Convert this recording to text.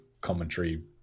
commentary